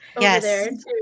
yes